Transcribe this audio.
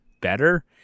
better